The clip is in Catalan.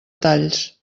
talls